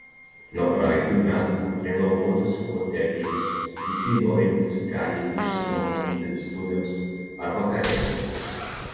nuo praeitų metų renovuotus kotedžus visi norintys gali išsinuomoti vestuvėms ar vakarėliams